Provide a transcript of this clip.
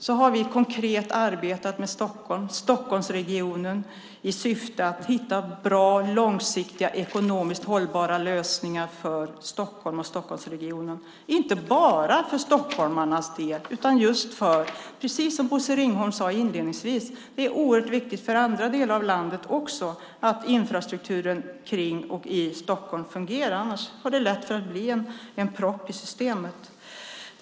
Vi har konkret arbetat med Stockholm och Stockholmsregionen i syfte att hitta bra, långsiktiga och ekonomiskt hållbara lösningar, inte bara för stockholmarna, utan det är, som Bosse Ringholm sade inledningsvis, viktigt för andra delar av landet att infrastrukturen kring och i Stockholm fungerar annars blir det lätt en propp i systemet.